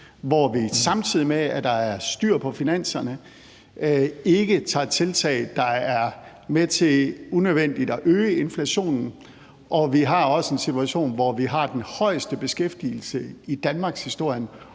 hvor vi, samtidig med at der er styr på finanserne, ikke tager tiltag, der er med til unødvendigt at øge inflationen. Vi har også en situation, hvor vi har den højeste beskæftigelse i danmarkshistorien,